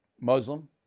Muslim